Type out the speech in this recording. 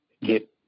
get